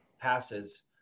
passes